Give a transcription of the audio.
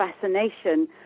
fascination